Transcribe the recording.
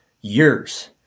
years